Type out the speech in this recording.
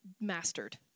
mastered